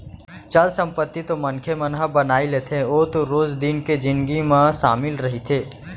चल संपत्ति तो मनखे मन ह बनाई लेथे ओ तो रोज दिन के जिनगी म सामिल रहिथे